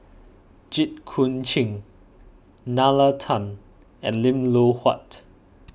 Jit Koon Ch'ng Nalla Tan and Lim Loh Huat